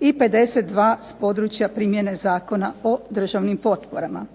i 52 s područja primjene Zakona o državnim potporama.